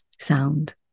sound